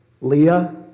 Leah